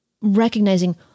recognizing